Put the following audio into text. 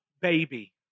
baby